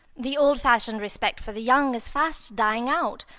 the old-fashioned respect for the young is fast dying out.